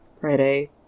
Friday